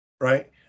right